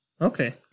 Okay